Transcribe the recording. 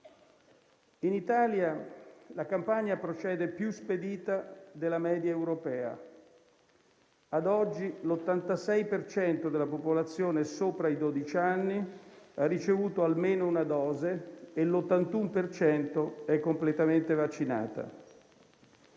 In Italia la campagna procede più spedita della media europea: ad oggi l'86 per cento della popolazione sopra i dodici anni ha ricevuto almeno una dose e l'81 per cento è completamente vaccinata.